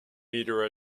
meter